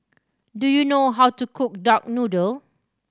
do you know how to cook duck noodle